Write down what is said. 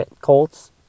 Colts